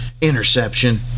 Interception